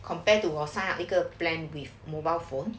compared to 他一个 plan with mobile phone